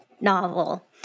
novel